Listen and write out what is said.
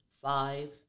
five